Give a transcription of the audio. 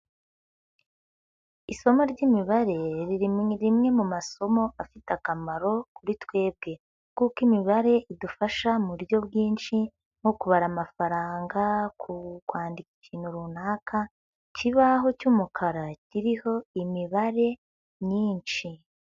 Isomo ry'imibare riri ni rimwe mu masomo afite akamaro kuri twebwe, kuko imibare idufasha mu buryo bwinshi nko kubara amafaranga, ku kwandika ikintu runaka, ikibaho cy'umukara kiriho imibare myinshi.